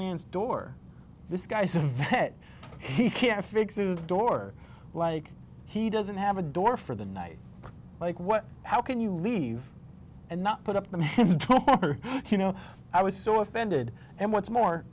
man's door this guy's a vet he can't fix is door like he doesn't have a door for the night like what how can you leave and not put up with me you know i was so offended and what's more